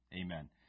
Amen